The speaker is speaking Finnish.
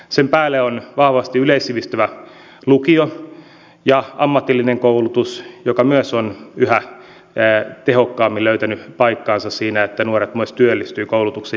sen päälle on vahvasti yleissivistävä lukio ja ammatillinen koulutus joka on yhä tehokkaammin löytänyt paikkaansa siinä että nuoret myös työllistyvät koulutuksen jälkeen